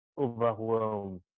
overwhelmed